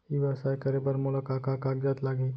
ई व्यवसाय करे बर मोला का का कागजात लागही?